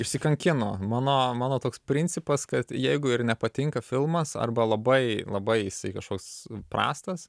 išsikankino mano mano toks principas kad jeigu ir nepatinka filmas arba labai labai kažkoks prastas